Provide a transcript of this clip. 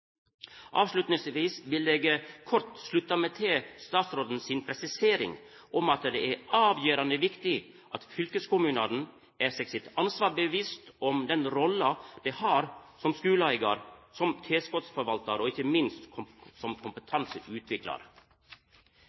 Avslutningsvis vil eg kort slutta meg til statsråden si presisering om at det er avgjerande viktig at fylkeskommunane er seg sitt ansvar bevisst når det gjeld den rolla dei har som skuleeigarar, som tilskotsforvaltarar og ikkje minst som